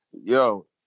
Yo